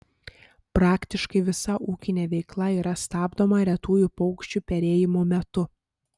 praktiškai visa ūkinė veikla yra stabdoma retųjų paukščių perėjimo metu